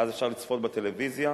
ואז אפשר לצפות בטלוויזיה